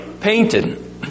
painted